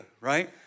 right